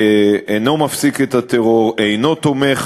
אינו מפסיק את הטרור, אינו תומך